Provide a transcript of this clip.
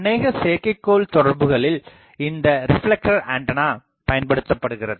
அனேக செயற்கைக்கோள் தொடர்புகளில் இந்த ரெப்லெக்டர் ஆண்டனா பயன்படுத்தப்படுகிறது